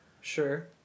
Sure